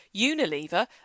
Unilever